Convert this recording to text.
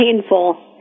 painful